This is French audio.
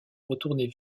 retourner